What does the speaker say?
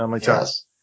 Yes